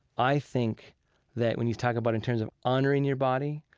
i think that when you talk about in terms of honoring your body,